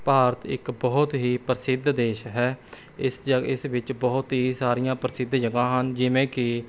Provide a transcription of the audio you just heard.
ਭਾਰਤ ਇੱਕ ਬਹੁਤ ਹੀ ਪ੍ਰਸਿੱਧ ਦੇਸ਼ ਹੈ ਇਸ ਇਸ ਵਿੱਚ ਬਹੁਤ ਹੀ ਸਾਰੀਆਂ ਪ੍ਰਸਿੱਧ ਜਗ੍ਹਾ ਹਨ ਜਿਵੇਂ ਕਿ